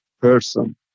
person